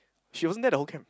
she wasn't there the whole camp